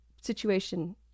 situation